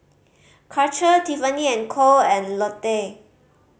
Karcher Tiffany and Co and Lotte